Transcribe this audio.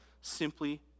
simply